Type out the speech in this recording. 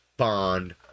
Bond